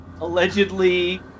Allegedly